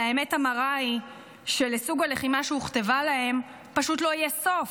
אבל האמת המרה היא שלסוג הלחימה שהוכתבה להם פשוט לא יהיה סוף,